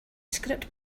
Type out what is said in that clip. script